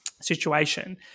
situation